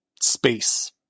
space